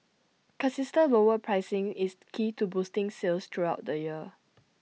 consistent lower pricing is key to boosting sales throughout the year